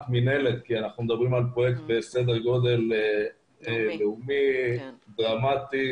מינהלת כי אנחנו מדברים על פרויקט בסדר גודל לאומי ודרמטי.